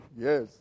yes